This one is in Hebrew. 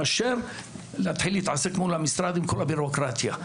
מאשר להתחיל להתעסק מול המשרד עם כל הבירוקרטיה,